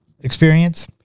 experience